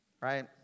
right